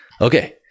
Okay